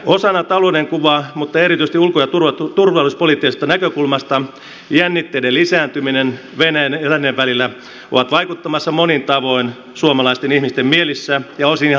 osana talouden kuvaa mutta erityisesti ulko ja turvallisuuspoliittisesta näkökulmasta jännitteiden lisääntyminen venäjän ja lännen välillä on vaikuttamassa monin tavoin suomalaisten ihmisten mielissä ja osin ihan arkeenkin